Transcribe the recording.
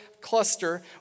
cluster